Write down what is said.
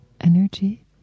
energy